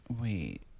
wait